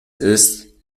ist